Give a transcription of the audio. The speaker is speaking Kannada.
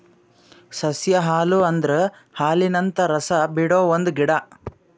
ಸಸ್ಯ ಹಾಲು ಅಂದುರ್ ಹಾಲಿನಂತ ರಸ ಬಿಡೊ ಒಂದ್ ಗಿಡ